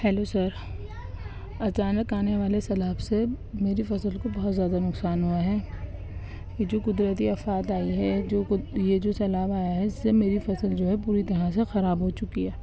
hello sir اچانک آنے والے سیلاب سے میری فصل کو بہت زیادہ نقصان ہوا ہے یہ جو قدرتی افات آئی ہے جو یہ جو سیلاب آیا ہے اس سے میری فصل جو ہے پوری طرح سے خراب ہو چکی ہے